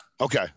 okay